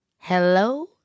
hello